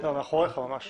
שנים סובלים מהסיפור הזה ולא